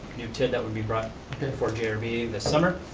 new tif that would be brought before jeremy this summer.